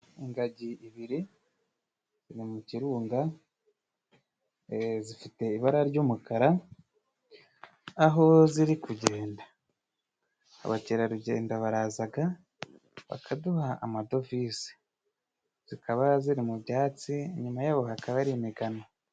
Ingagi ibiri ziri mu kirunga zifite ibara ry'umukara aho ziri kugenda abakerarugendo barazaga bakaduha amadovize zikaba ziri mu byatsi nyuma yaho hakaba hari imigano.